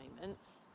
moments